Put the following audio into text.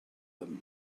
them